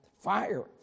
Fire